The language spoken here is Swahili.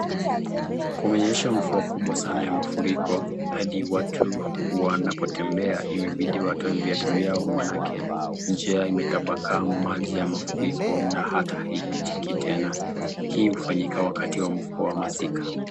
Kumenyesha mvua kubwa sana ya mafuriko hadi watu wanapotembea imebidi watoe viatu vyao maanake njia imetapakaa maji ya mafuriko na hata haipitiki tena. Hii hufanyika wakati wa mvua wa masika.